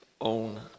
own